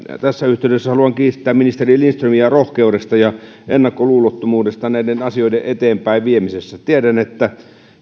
tässä yhteydessä haluan kiittää ministeri lindströmiä rohkeudesta ja ennakkoluulottomuudesta näiden asioiden eteenpäinviemisessä tiedän että